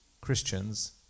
Christians